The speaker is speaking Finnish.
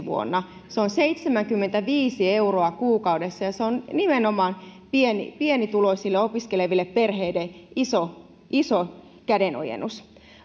vuonna se on seitsemänkymmentäviisi euroa kuukaudessa ja se on nimenomaan pienituloisille opiskeleville perheille iso iso kädenojennus